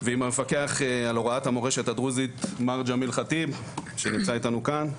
ועם המפקח על הוראת המורשת הדרוזית מר ג'מיל חטיב שנמצא איתנו כאן.